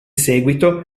seguito